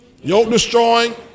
Yoke-destroying